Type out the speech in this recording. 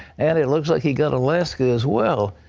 and it looks like he got alaska as well.